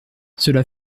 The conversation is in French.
cela